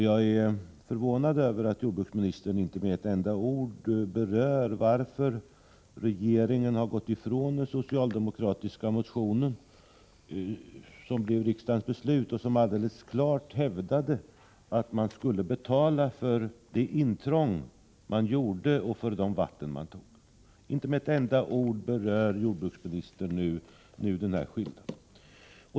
Jag är förvånad över att jordbruksministern inte med ett ord berör orsaken till att regeringen har gått ifrån den socialdemokratiska motion som riksdagen antog där det alldeles klart hävdades att man skulle betala för de intrång som gjordes och för de vatten som togs. Inte med ett ord berör jordbruksministern nu denna skillnad.